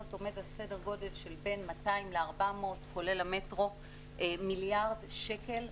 בסדר גודל של 400-200 מיליארד שקל,